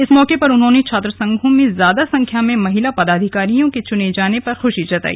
इस मौके पर उन्होंने छात्रसंघों में ज्यादा संख्या में महिला पदाधिकारियों के चुने जाने पर खुशी जताई